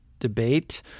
debate